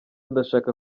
ndashaka